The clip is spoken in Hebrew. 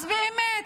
אז באמת,